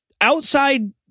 outside